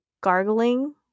gargling